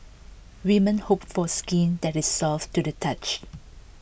women hope for skin that is soft to the touch